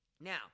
Now